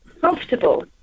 comfortable